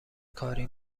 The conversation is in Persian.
کاری